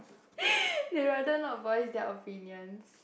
they rather not voice their opinions